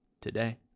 today